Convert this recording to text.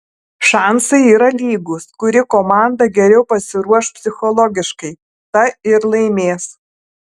šansai yra lygūs kuri komanda geriau pasiruoš psichologiškai ta ir laimės